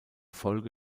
folge